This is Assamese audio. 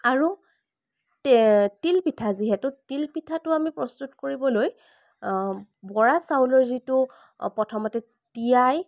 আৰু তিলপিঠা যিহেতু তিলপিঠাটো আমি প্ৰস্তুত কৰিবলৈ বৰা চাউলৰ যিটো প্ৰথমতে তিয়াই